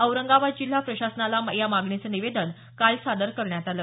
औरंगाबाद जिल्हा प्रशासनाला या मागणीचं निवेदन काल सादर करण्यात आल